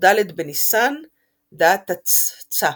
בי"ד בניסן ד'תתצ"ה.